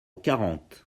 quarante